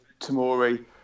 Tamori